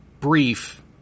brief